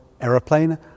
aeroplane